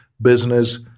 business